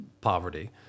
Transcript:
poverty